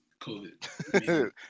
COVID